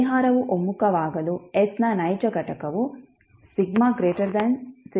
ಪರಿಹಾರವು ಒಮ್ಮುಖವಾಗಲು s ನ ನೈಜ ಘಟಕವು ಎಂದು ನೀವು ಹೇಳಬಹುದು